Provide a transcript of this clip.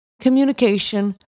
communication